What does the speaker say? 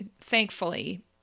thankfully